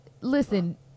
listen